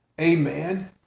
Amen